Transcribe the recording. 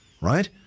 right